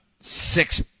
six